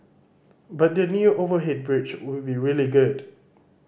but the new overhead bridge will be really good